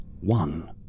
One